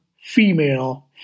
female